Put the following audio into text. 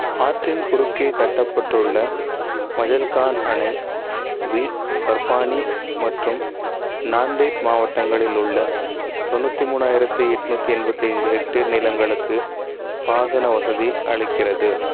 ஆற்றின் குறுக்கே கட்டப்பட்டுள்ள மஜல்கான் அணை பீட் பர்பானி மற்றும் நாந்தேட் மாவட்டங்களில் உள்ள தொண்ணூற்றி மூணாயிரத்து எட்நூற்றி எம்பத்தைந்து ஹெக்டேர் நிலங்களுக்கு பாசன வசதி அளிக்கிறது